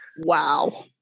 Wow